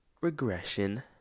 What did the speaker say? regression